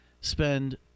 spend